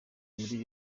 muri